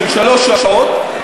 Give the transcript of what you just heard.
של שלוש שעות,